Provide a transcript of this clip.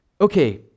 Okay